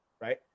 right